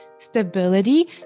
Stability